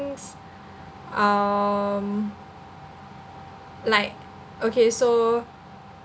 um like okay so